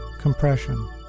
compression